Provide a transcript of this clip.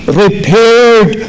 repaired